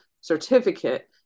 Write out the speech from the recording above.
certificate